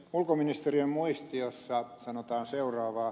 ulkoministeriön muistiossa sanotaan seuraavaa